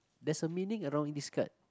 there's a meaning around this card